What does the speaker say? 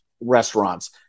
restaurants